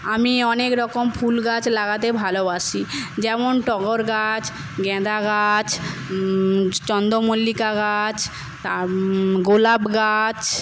আমি অনেকরকম ফুল গাছ লাগাতে ভালোবাসি যেমন টগর গাছ গাঁদা গাছ চন্দ্রমল্লিকা গাছ গোলাপ গাছ